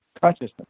consciousness